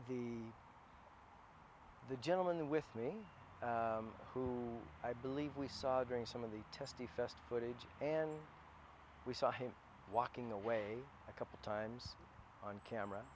the the gentleman with me who i believe we saw during some of the testy fest footage and we saw him walking away a couple times on camera